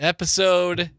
Episode